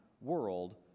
world